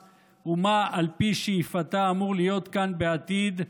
ומה על פי שאיפתה אמור להיות בעתיד כאן,